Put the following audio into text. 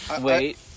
Wait